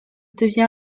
devient